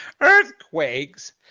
earthquakes